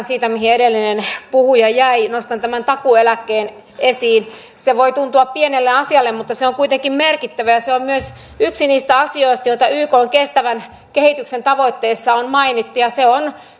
siitä mihin edellinen puhuja jäi nostan tämä takuueläkkeen esiin se voi tuntua pieneltä asialta mutta se on kuitenkin merkittävä ja se on myös yksi niistä asioista joita ykn kestävän kehityksen tavoitteissa on mainittu ja se on